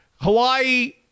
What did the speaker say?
Hawaii